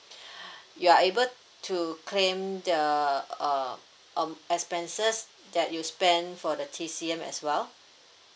you are able to claim the uh um expenses that you spend for the T_C_M as well